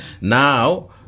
Now